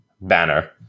banner